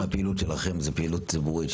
כמה מהפעילות שלכם זה פעילות ציבורית,